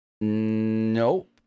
Nope